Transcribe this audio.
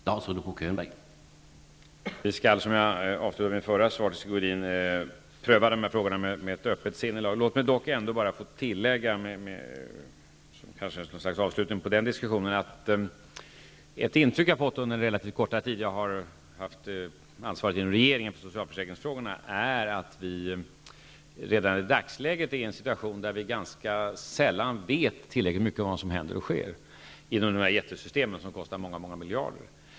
Herr talman! Vi skall alltså, som jag avslutade mitt förra svar till Sigge Godin, pröva de här frågorna med ett öppet sinnelag. Låt mig dock få tillägga, vilket jag kanske skulle ha gjort som avslutning på den diskussionen, att ett intryck jag har fått under den relativt korta tid som jag har haft ansvaret inom regeringen för socialförsäkringsfrågorna är att vi redan i dagsläget befinner oss i en situation där vi ganska sällan vet tillräckligt mycket om vad som händer och sker inom dessa jättesystem, som kostar många miljarder.